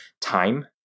time